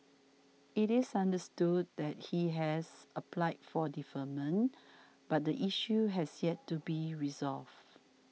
it is understood that he has applied for deferment but the issue has yet to be resolved